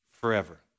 forever